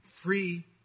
free